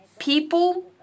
People